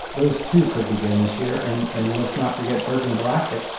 those two could begin this year. and and let's not forget virgin galactic,